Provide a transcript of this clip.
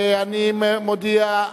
אני מודיע,